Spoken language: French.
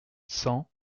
cent